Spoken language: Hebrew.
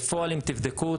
בפועל אם תבדקו,